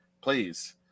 Please